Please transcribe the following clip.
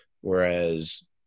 Whereas